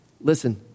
Listen